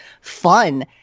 fun